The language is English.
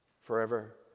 Forever